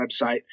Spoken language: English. website